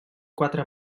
quatre